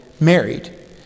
married